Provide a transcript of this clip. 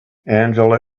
angela